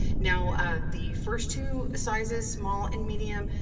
now the first two sizes, small and medium,